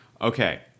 Okay